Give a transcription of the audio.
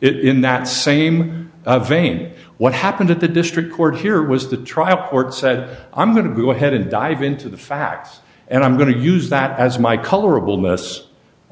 it in that same vein what happened at the district court here was the trial court said i'm going to go ahead and dive into the facts and i'm going to use that as my colorable mess